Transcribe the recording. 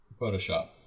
Photoshop